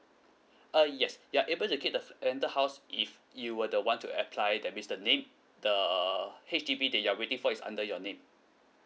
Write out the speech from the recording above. uh yes you're able to get the rented house if you were the one to apply that means the name the H_D_B that you're waiting for is under your name